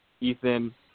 Ethan